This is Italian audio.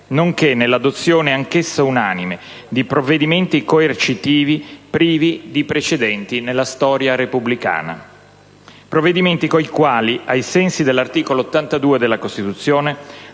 nonché nell'adozione, anch'essa unanime, di provvedimenti coercitivi privi di precedenti nella storia repubblicana, provvedimenti coi quali, ai sensi dell'articolo 82 della Costituzione,